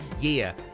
year